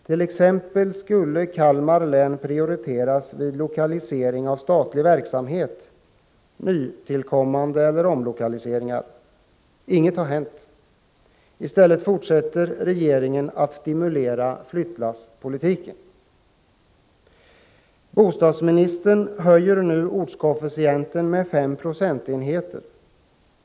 T. ex. skulle Kalmar län prioriteras vid lokalisering av statlig verksamhet — nytillkommande verksamhet eller omlokaliseringar. Men inget har hänt. I stället fortsätter regeringen att stimulera flyttlasspolitiken. Bostadsministern höjer nu ortskoefficienten med 5 procentenheter.